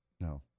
No